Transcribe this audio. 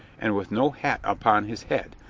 and with no hat upon his head,